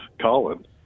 Colin